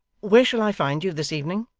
where shall i find you, this evening